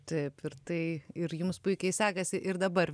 taip ir tai ir jums puikiai sekasi ir dabar